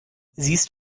siehst